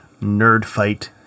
Nerdfight